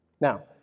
Now